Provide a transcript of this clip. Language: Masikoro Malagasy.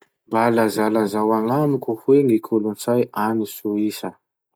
Mba lazalazao agnamiko hoe ny kolotsay agny Soisa?